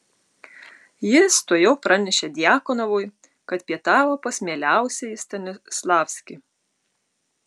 jis tuojau pranešė djakonovui kad pietavo pas mieliausiąjį stanislavskį